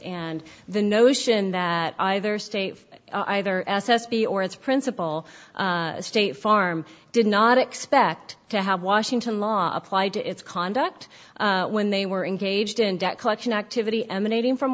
and the notion that either state either s s p or its principal state farm did not expect to have washington law applied to its conduct when they were engaged in debt collection activity emanating from